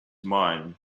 mine